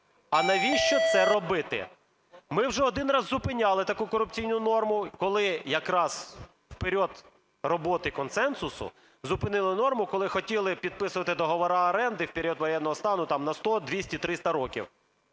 а навіщо це робити? Ми вже один раз зупиняли таку корупційну норму, коли якраз в період роботи консенсусу зупинили норму, коли хотіли підписувати договори оренди в період воєнного стану на 100, 200, 300 років.